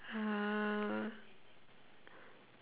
uh